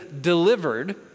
delivered